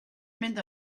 mynd